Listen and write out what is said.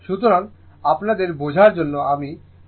সুতরাং আপনাদের বোঝার জন্য আমি নিজেরও কিছু চেষ্টা করেছি